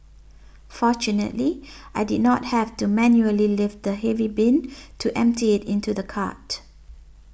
fortunately I did not have to manually lift the heavy bin to empty into the cart